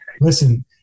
listen